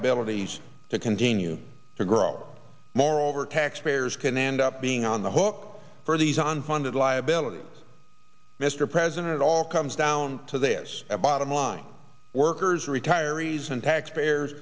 liabilities to continue to grow moreover taxpayers can end up being on the hook for these unfunded liability mr president it all comes down to this bottom line workers retirees and taxpayers